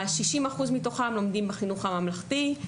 60% מתוכם לומדים בחינוך הממלכתי,